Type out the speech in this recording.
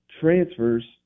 transfers